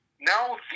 now